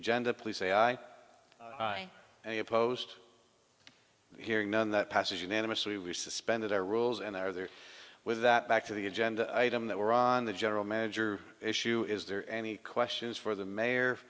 agenda please say i am opposed hearing none that passes unanimously we suspended our rules and are there with that back to the agenda item that were on the general manager issue is there any questions for the mayor